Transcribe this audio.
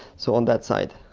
so on that side.